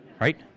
Right